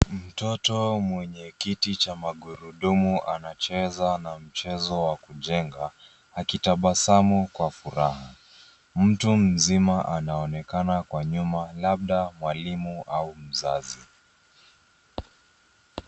Mtoto mwenye kiti cha magurudumu anacheza na mchezo wa kujenga, akitabasamu kwa furaha. Mtu mzima anaonekana kwa nyuma labda mwalimu au mzazi.